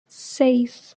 seis